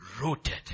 rooted